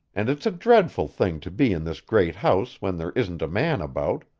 and it's a dreadful thing to be in this great house when there isn't a man about,